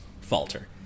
falter